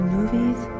Movies